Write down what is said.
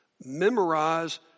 Memorize